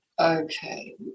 Okay